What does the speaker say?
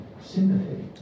sympathy